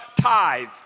tithe